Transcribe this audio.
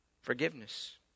Forgiveness